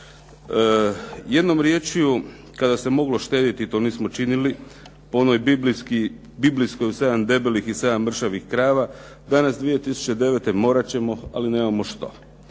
Jednom riječju, kada se moglo štetiti to nismo činili. Po onoj biblijskoj o sedam debelih i sedam mršavih krava. Danas 2009. morat ćemo ali nemamo što.